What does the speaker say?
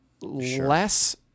less